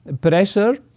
pressure